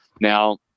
Now